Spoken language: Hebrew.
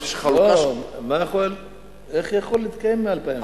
לא, איך הוא יכול להתקיים מ-2,800?